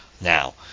now